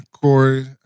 Corey